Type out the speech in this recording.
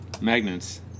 Magnets